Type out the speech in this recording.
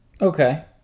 okay